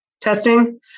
testing